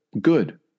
good